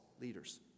leaders